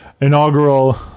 inaugural